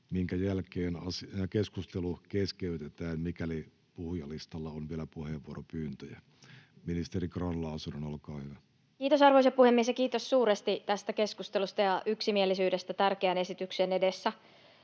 minkä jälkeen keskustelu keskeytetään, mikäli puhujalistalla on vielä puheenvuoropyyntöjä. — Ministeri Grahn-Laasonen, olkaa hyvä. Kiitos, arvoisa puhemies! Kiitos suuresti tästä keskustelusta ja yksimielisyydestä tärkeän esityksen edessä.